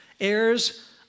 Heirs